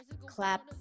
clap